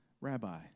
Rabbi